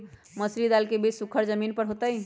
मसूरी दाल के बीज सुखर जमीन पर होतई?